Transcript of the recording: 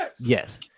Yes